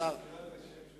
שמירת הסביבה?